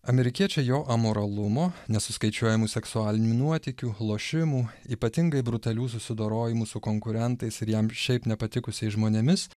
amerikiečiai jo amoralumo nesuskaičiuojamų seksualinių nuotykių lošimų ypatingai brutalių susidorojimų su konkurentais ir jam šiaip nepatikusiais žmonėmis